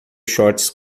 shorts